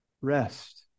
rest